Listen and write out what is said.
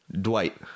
Dwight